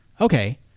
okay